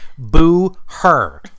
Booher